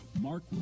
Mark